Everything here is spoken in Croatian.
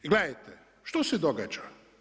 I gledajte što se događa?